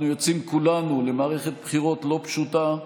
אנחנו יוצאים כולנו למערכת בחירות לא פשוטה.